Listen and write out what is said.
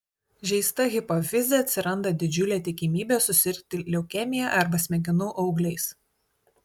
žeista hipofize atsiranda didžiulė tikimybė susirgti leukemija arba smegenų augliais